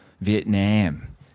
Vietnam